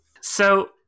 So-